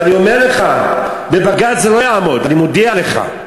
ואני אומר לך, בבג"ץ זה לא יעמוד, אני מודיע לך.